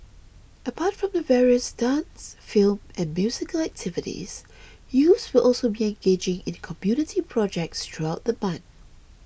apart from the various dance film and musical activities youths will also be engaging in community projects throughout the month